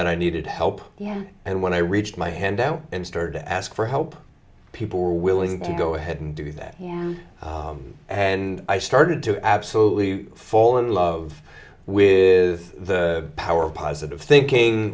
then i needed help yeah and when i reached my head down and started to ask for help people were willing to go ahead and do that and i started to absolutely fall in love with the power of positive thinking